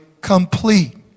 complete